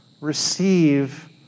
receive